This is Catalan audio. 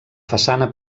façana